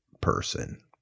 person